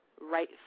right